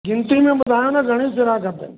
गिनति में ॿुधायो न घणियूं सिरां खपनि